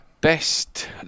best